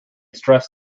stress